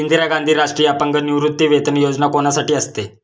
इंदिरा गांधी राष्ट्रीय अपंग निवृत्तीवेतन योजना कोणासाठी असते?